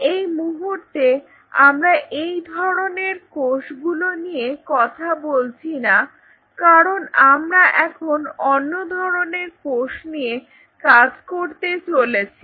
এই মুহূর্তে আমরা এই ধরনের কোষ গুলো নিয়ে কথা বলছি না কারন আমরা এখন অন্য ধরনের কোষ নিয়ে কাজ করতে চলেছি